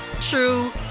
true